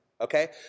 okay